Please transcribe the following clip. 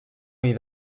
ull